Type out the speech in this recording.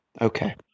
Okay